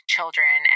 Children